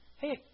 hey